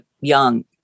young